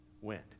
went